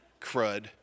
Crud